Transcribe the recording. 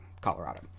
Colorado